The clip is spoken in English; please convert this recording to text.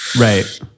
right